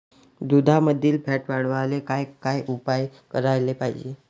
दुधामंदील फॅट वाढवायले काय काय उपाय करायले पाहिजे?